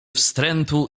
wstrętu